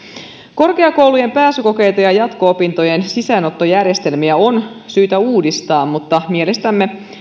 korkeakoulujen pääsykokeita ja jatko opintojen sisäänottojärjestelmiä on syytä uudistaa mutta mielestämme